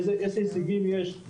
איזה הישגים יש.